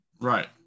Right